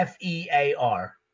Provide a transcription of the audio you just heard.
FEAR